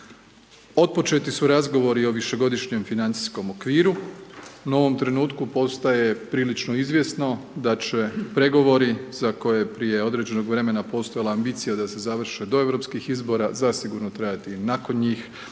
Otpočeti su razgovori o višegodišnjem financijskom okviru, no u ovom trenutku postaje prilično izvjesno da će pregovori za koje je prije određenog vremena postojala ambicija da se završe do europskih izbora, zasigurno trajati i nakon njih